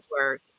work